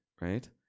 Right